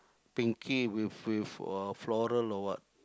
pinky with with or floral or what